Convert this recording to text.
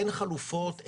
אין חלופות,